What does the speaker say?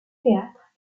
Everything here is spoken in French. théâtre